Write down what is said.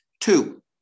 Two